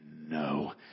No